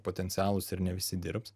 potencialūs ir nevisi dirbs